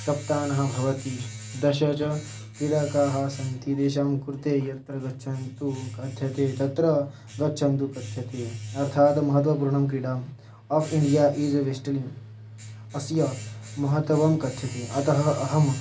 कप्तानः भवति दश च क्रीडकाः सन्ति तेषां कृते यत्र गच्छन्तु कथ्यते तत्र गच्छन्तु कथ्यते अर्थात् महत्त्वपूर्णां क्रीडाम् आफ़् इण्डिया इस् वेस्टलिङ्ग् अस्य महत्त्वं कथ्यते अतः अहं